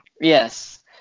Yes